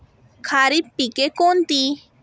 खरीप पिके कोणती?